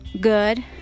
good